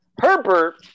Herbert